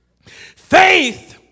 Faith